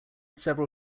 several